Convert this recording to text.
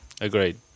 Agreed